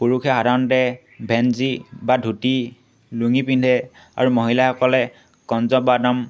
পুৰুষে সাধাৰণতে ভেঞ্জী বা ধুতি লুঙি পিন্ধে আৰু মহিলাসকলে কঞ্জ বাদাম